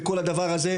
בוקר טוב לכולם.